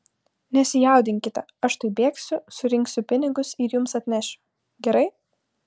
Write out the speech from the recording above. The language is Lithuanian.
nesijaudinkite aš tuoj bėgsiu surinksiu pinigus ir jums atnešiu gerai